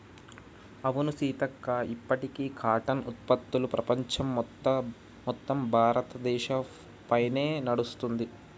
అవును సీతక్క ఇప్పటికీ కాటన్ ఉత్పత్తులు ప్రపంచం మొత్తం భారతదేశ పైనే నడుస్తుంది